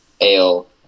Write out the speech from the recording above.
ale